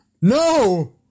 No